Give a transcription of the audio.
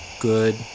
good